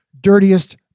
dirtiest